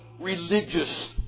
religious